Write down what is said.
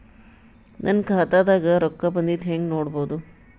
ನನ್ನ ಖಾತಾದಾಗ ರೊಕ್ಕ ಬಂದಿದ್ದ ಹೆಂಗ್ ನೋಡದು?